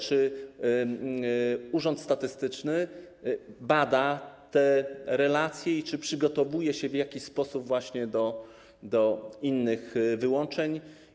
Czy urząd statystyczny bada te relacje i czy przygotowuje się w jakiś sposób do innych wyłączeń?